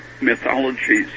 mythologies